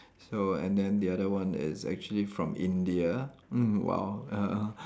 so and then the other one is actually from India mm !wow! ah ah